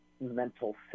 mental